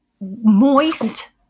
moist